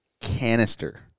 canister